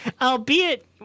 albeit